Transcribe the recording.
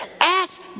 ask